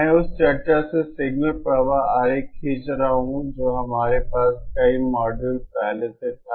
मैं उस चर्चा से सिग्नल प्रवाह आरेख खींच रहा हूं जो हमारे पास कई मॉड्यूल पहले से था